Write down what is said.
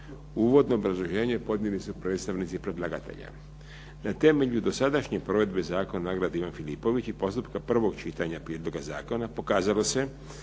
Uvodno obrazloženje podnijeli su predstavnici predlagatelja. Na temelju dosadašnje provedbe zakona o "Nagradi Ivan Filipović" i postupka prvog čitanja prijedloga zakona pokazalo se